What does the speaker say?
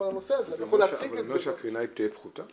על הנושא הזה -- זה אומר שהקרינה היא תהיה פחותה?